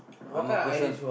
I'm a person